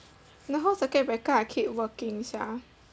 the whole circuit breaker I keep working sia